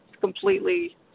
completely